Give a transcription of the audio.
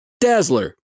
Dazzler